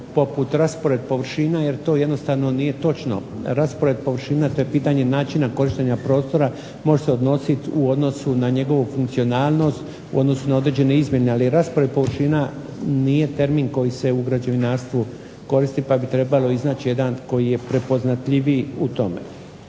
poput raspored površina jer to jednostavno nije točno. Raspored površina to je pitanje načina korištenja prostora. Može se odnositi u odnosu na njegovu funkcionalnost, u odnosu na određene izmjene. Ali raspored površina nije termin koji se u građevinarstvu koristi pa bi trebalo iznaći jedan koji je prepoznatljiviji u tome.